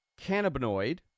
cannabinoid